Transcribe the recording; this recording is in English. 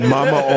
Mama